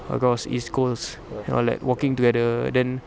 across east coast and all that walking together then